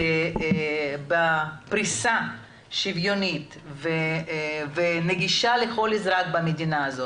בפריסה שוויונית ונגישה לכל אזרח במדינה,